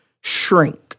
shrink